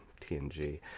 TNG